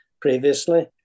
previously